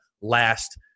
last